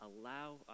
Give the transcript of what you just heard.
allow